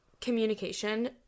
communication